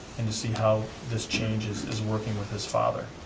and to see how this change is is working with his father.